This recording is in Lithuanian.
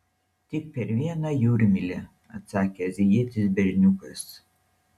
tik per vieną jūrmylę atsakė azijietis berniukas